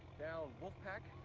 down wolf pack,